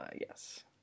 Yes